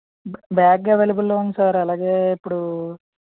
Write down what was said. bag అవైలబుల్లో ఉంది sir అలాగే ఇప్పుడు